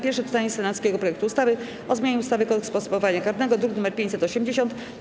Pierwsze czytanie senackiego projektu ustawy o zmianie ustawy - Kodeks postępowania karnego, druk nr 580,